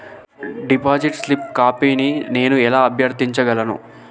Deposit slip కాపీని నేను ఎలా అభ్యర్థించగలను?